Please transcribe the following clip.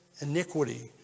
iniquity